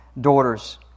daughters